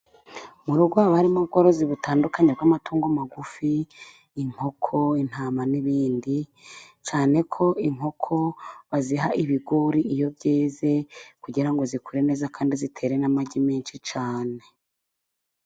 Mu rugo haba harimo ubworozi butandukanye bw'amatungo magufi. Inkoko, intama n'ibindi cyane ko inkoko baziha ibigori iyo byeze kugira ngo zikure neza, kandi zitere n'amagi menshi cyane.